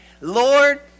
Lord